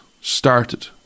started